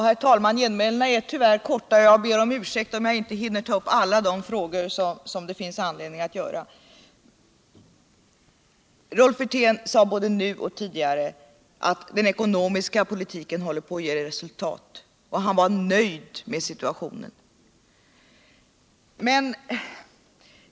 Herr talman! Genmälena är ty värr verkligen korta, och jag ber om ursäkt om jag inte hinner ta upp alla de frågor som det finns anledning att beröra. Rolf Wirtén sade både nu och tidigare att den ekonomiska politiken håtler på att ge resultat, och han var nöjd med situationen.